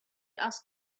asked